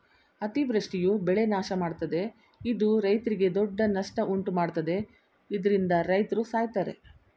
ಅತಿವೃಷ್ಟಿಯು ಬೆಳೆ ನಾಶಮಾಡ್ತವೆ ಇದು ರೈತ್ರಿಗೆ ದೊಡ್ಡ ನಷ್ಟ ಉಂಟುಮಾಡ್ತದೆ ಇದ್ರಿಂದ ರೈತ್ರು ಸಾಯ್ತರೆ